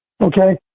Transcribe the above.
okay